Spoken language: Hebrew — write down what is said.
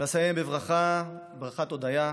ואסיים בברכה, ברכת הודיה: